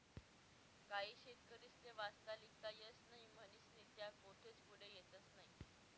काही शेतकरीस्ले वाचता लिखता येस नही म्हनीस्नी त्या कोठेच पुढे येतस नही